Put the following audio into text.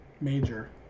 Major